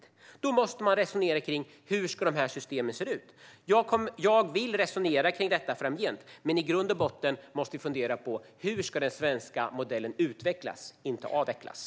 Därför måste man resonera om hur dessa system ska se ut, och det vill jag göra framgent. I grund och botten måste vi dock fundera på hur den svenska modellen ska utvecklas i stället för att avvecklas.